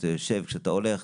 כשאתה הולך,